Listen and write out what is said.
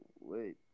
wait